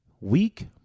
Weak